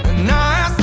night